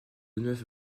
neuf